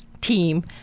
team